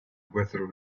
whether